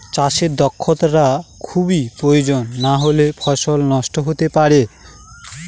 চাষে দক্ষটা খুবই প্রয়োজন নাহলে ফসল নষ্ট হতে পারে